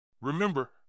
Remember